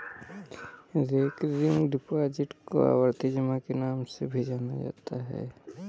recurring deposit को आवर्ती जमा के नाम से भी जाना जाता है